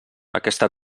aquesta